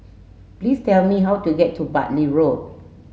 please tell me how to get to Bartley Road